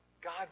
God